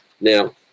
now